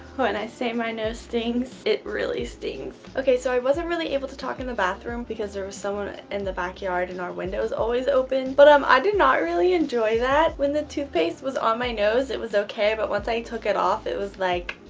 and i say my nose stings. it really stings. okay so i wasn't really able to talk in the bathroom because there was someone in the backyard and our window is always open, but um. i did not really enjoy that. when the toothpaste was on my nose it was okay, but once i took it off it was like.